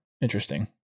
interesting